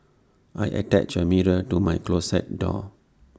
I attached A mirror to my closet door